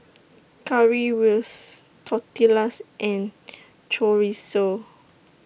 Currywurst Tortillas and Chorizo